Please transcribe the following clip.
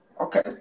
Okay